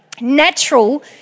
natural